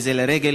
וזה לרגל